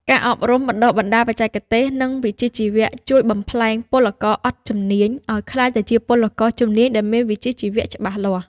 ការអប់រំបណ្ដុះបណ្ដាលបច្ចេកទេស និងវិជ្ជាជីវៈ ជួយបំប្លែងពលករអត់ជំនាញ ឱ្យក្លាយជាពលករជំនាញដែលមានវិជ្ជាជីវៈច្បាស់លាស់។